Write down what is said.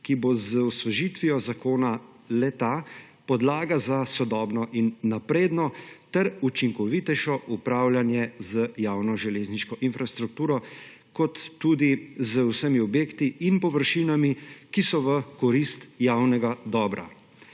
ki bo z osvežitvijo zakona le-ta podlaga za sodobno in napredno ter učinkovitejše upravljanje z javno železniško infrastrukturo, kot tudi z vsemi objekti in površinami, ki so v korist javnega dobra.